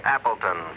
Appleton